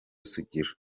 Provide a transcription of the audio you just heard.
sugira